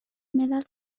ملل